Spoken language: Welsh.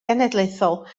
genedlaethol